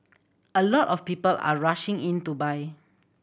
a lot of people are rushing in to buy